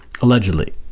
allegedly